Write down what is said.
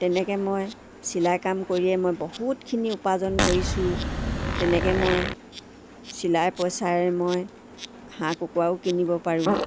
তেনেকৈ মই চিলাই কাম কৰিয়ে মই বহুতখিনি উপাৰ্জন কৰিছোঁ তেনেকৈ মই চিলাই পইচাৰে মই হাঁহ কুকুৰাও কিনিব পাৰোঁ